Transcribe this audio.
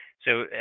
so,